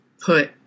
put